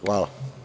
Hvala.